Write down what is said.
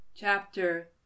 Chapter